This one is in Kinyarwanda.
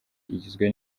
igizwe